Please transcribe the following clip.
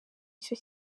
icyo